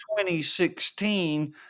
2016